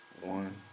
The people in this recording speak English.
one